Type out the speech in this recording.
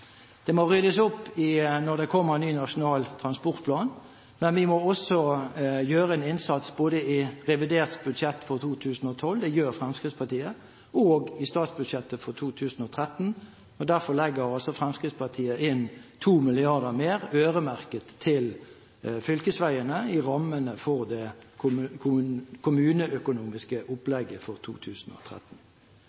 Det må ryddes opp når det kommer en ny nasjonal transportplan, men vi må også gjøre en innsats både i revidert budsjett for 2012 – det gjør Fremskrittspartiet – og i statsbudsjettet for 2013. Derfor legger Fremskrittspartiet inn 2 mrd. kr mer øremerket til fylkesveiene i rammene for det